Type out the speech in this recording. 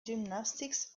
gymnastics